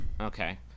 Okay